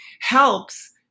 helps